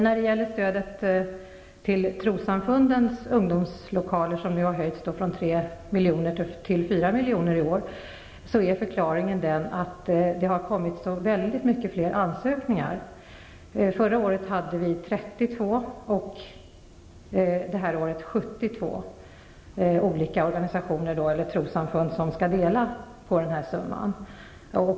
När det gäller stödet till trossamfundens ungdomsorganisationer, som ju har höjts från 3 till 4 miljoner i år, är förklaringen den att det har kommit så väldigt många fler ansökningar. Förra året hade vi 32 och i år 72 trossamfund som skall få dela på summan.